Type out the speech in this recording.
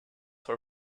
her